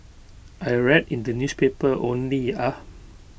I read in the newspaper only ah